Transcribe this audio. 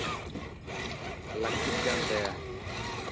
ᱞᱟᱹᱠᱛᱤᱜ ᱠᱟᱱ ᱛᱟᱭᱟ